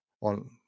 on